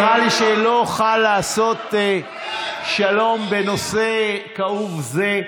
נראה לי שלא אוכל לעשות שלום בנושא כאוב זה,